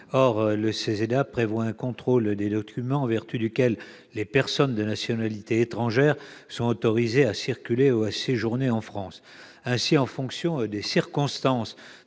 Or le CESEDA prévoit un contrôle des documents en vertu desquels les personnes de nationalité étrangère sont autorisées à circuler ou à séjourner en France. Ainsi, en fonction des circonstances